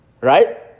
Right